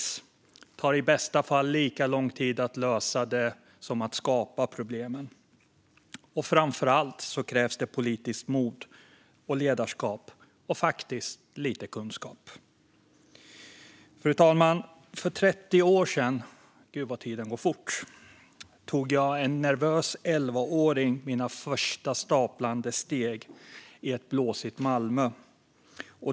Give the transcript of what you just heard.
Det tar i bästa fall lika lång tid att lösa problemet som det tog att skapa det. Framför allt krävs det politiskt mod och ledarskap och faktiskt lite kunskap. Fru talman! För 30 år sedan - gud vad tiden går fort! - tog jag, en nervös elvaåring, mina första stapplande steg i ett blåsigt Malmö.